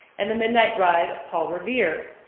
and the midnight ride of paul revere,